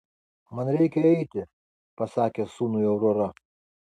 man reikia eiti pasakė sūnui aurora